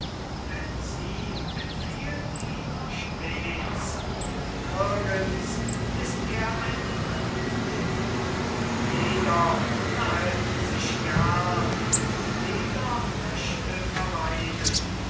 denn sie empfiehlst ihn stets und nirgends ist er ein fremdling jeder nahet sich gern und jeder möchte verweilen